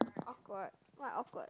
awkward why awkward